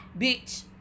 bitch